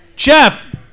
Jeff